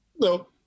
No